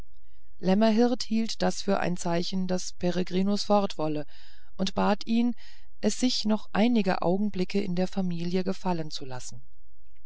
lämmerhirt hielt das für ein zeichen daß peregrinus fort wolle und bat ihn es sich noch einige augenblicke in der familie gefallen zu lassen